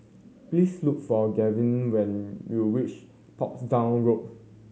please look for Granville when you reach Portsdown Road